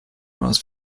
most